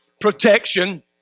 protection